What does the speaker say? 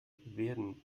werden